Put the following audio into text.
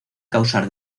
causar